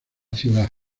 ciudad